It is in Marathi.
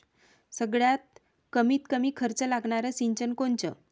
सगळ्यात कमीत कमी खर्च लागनारं सिंचन कोनचं?